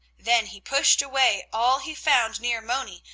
then he pushed away all he found near moni,